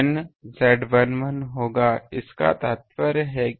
तो यह antenna mode impedance है जिसे चार गुना बढ़ा दिया गया है